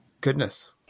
goodness